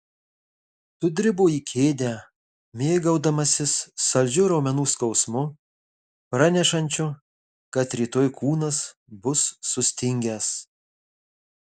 sudribo į kėdę mėgaudamasis saldžiu raumenų skausmu pranešančiu kad rytoj kūnas bus sustingęs